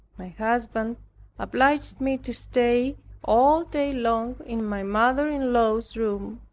my husband obliged me to stay all day long in my mother-in-law's room,